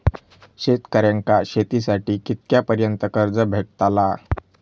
शेतकऱ्यांका शेतीसाठी कितक्या पर्यंत कर्ज भेटताला?